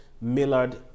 Millard